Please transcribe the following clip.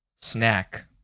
Snack